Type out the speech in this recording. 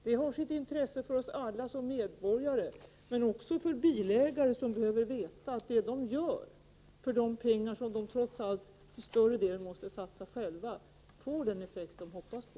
Detta har sitt intresse för oss alla som medborgare, men det har också intresse för bilägarna, som behöver veta att vad de gör för de pengar som de trots allt till större delen måste satsa själva får den effekt som de hoppas på.